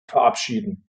verabschieden